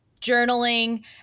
journaling